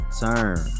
Turn